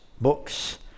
books